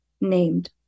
named